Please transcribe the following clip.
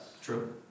True